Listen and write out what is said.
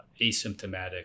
asymptomatic